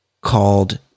Called